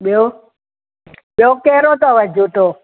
ॿियो ॿियो कहिड़ो अथव जूतो